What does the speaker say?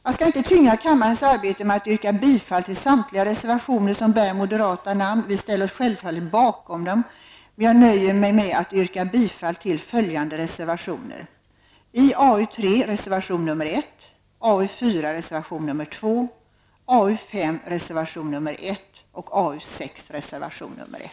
Jag skall inte tynga kammarens arbete med att yrka bifall till samtliga reservationer som bär moderata namn. Vi ställer oss självfallet bakom dem. Jag nöjer mig med att yrka bifall till följande reservationer: i AU3 reservation 1, i AU4